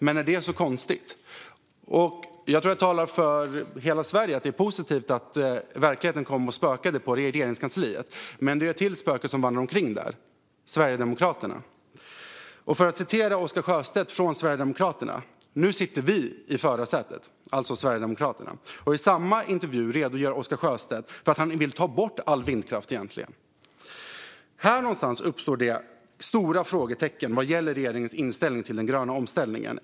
Men är det konstigt? Jag tror att jag talar för hela Sverige när jag säger att det var positivt att verkligheten kom och spökade i Regeringskansliet. Men det är ett till spöke som vandrar omkring där: Sverigedemokraterna. Jag citerar Oscar Sjöstedt från Sverigedemokraterna: Nu sitter vi i förarsätet. Det gällde alltså Sverigedemokraterna. I samma intervju redogör Oscar Sjöstedt för att han egentligen vill ta bort all vindkraft. Här någonstans uppstår det stora frågetecken vad gäller regeringens inställning till den gröna omställningen.